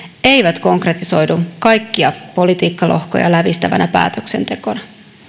eivät konkretisoidu kaikkia politiikkalohkoja lävistävänä päätöksentekona